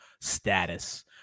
status